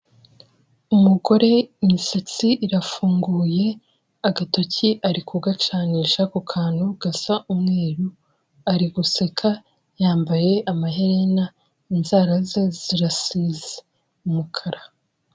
Umugore imisatsi irafunguye, agatoki ari kugacanisha ku kantu gasa umweru, ari guseka, yambaye amaherena, inzara ze zirasize umukara.